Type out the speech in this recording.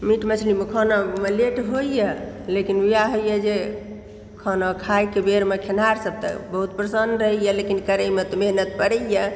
meat मछलीमे खानामे late होइए लेकिन इएह होइए जे खाना खाइके बेरमे खेनहारसभ तऽ बहुत प्रसन्न रहयए लेकिन करयमे तऽ मेहनत पड़यए